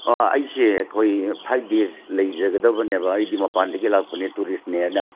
ꯑꯣ ꯑꯩꯁꯦ ꯑꯩꯈꯣꯏ ꯐꯥꯏꯚ ꯗꯦꯁ ꯂꯩꯖꯒꯗꯕꯅꯦꯕ ꯑꯩꯗꯤ ꯃꯄꯥꯜꯗꯒꯤ ꯂꯥꯛꯄꯅꯦ ꯇꯨꯔꯤꯁꯅꯦ